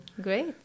Great